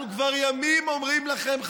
אנחנו כבר ימים אומרים לכם,